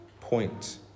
point